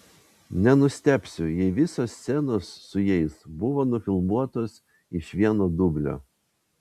nenustebsiu jei visos scenos su jais buvo nufilmuotos iš vieno dublio